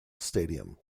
stadium